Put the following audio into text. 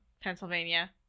Pennsylvania